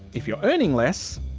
if you're earning less,